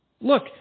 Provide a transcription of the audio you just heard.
Look